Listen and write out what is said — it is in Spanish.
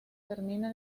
termina